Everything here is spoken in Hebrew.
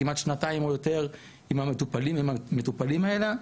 כמעט שנתיים או יותר עם המטפלים האלה,